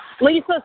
Lisa